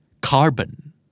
Carbon